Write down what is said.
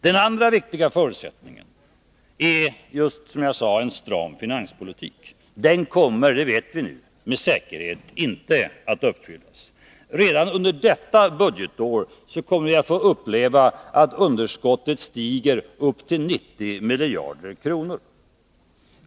Den andra viktiga förutsättningen är som sagt en stram finanspolitik. Den förutsättningen kommer inte att uppfyllas — det vet vi nu. Redan under detta budgetår kommer vi att få uppleva att underskottet stiger upp till 90 miljarder kronor.